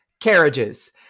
carriages